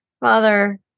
Father